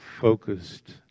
focused